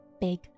big